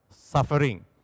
suffering